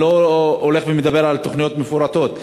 אני לא הולך ומדבר על תוכניות מפורטות,